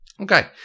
Okay